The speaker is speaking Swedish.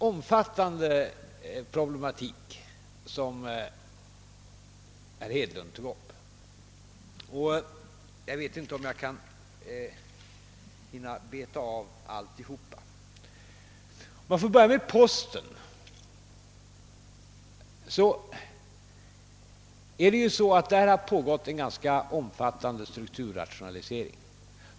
Herr Hedlund tog upp många problem, och jag vet inte om jag hinner beta av dem alla. För att börja med posten har där pågått en ganska omfattande strukturrationalisering.